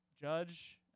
judge